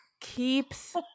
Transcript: keeps